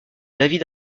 david